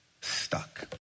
stuck